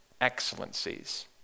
excellencies